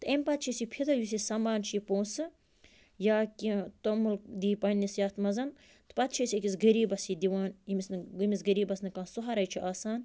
تہٕ أمۍ پتہٕ یُس یہِ فِطر یُس یہِ سَمان چھِ یہِ پونٛسہٕ یا کیٚنہہ توٚمُل دی پَنٛنِس یَتھ منٛز تہٕ پَتہٕ چھِ أسۍ أکِس غریٖبَس یہِ دِوان ییٚمِس نہٕ یٔمِس غریٖبَس نہٕ کانٛہہ سُہارٕے چھِ آسان